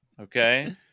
Okay